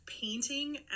painting